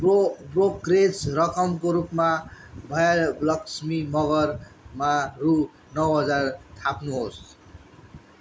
bro brokerage रकमको रूपमा भयलक्षी मँगरमा रु नौ हजार थाप्नुहोस्